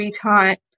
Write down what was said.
type